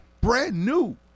Brand-new